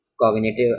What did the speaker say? cognitive